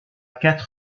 quatre